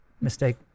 mistake